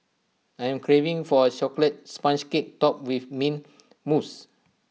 I am craving for A Chocolate Sponge Cake Topped with Mint Mousse